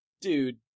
dude